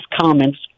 comments